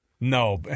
No